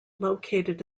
located